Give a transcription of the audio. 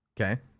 okay